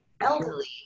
elderly